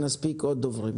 כדי שנספיק לשמוע עוד דוברים.